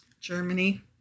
Germany